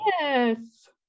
yes